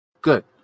good